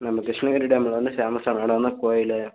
ma'am Krishnagiri டேமில் வந்து ஃபேமஸான இடம் வந்து கோயிலு